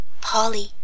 Polly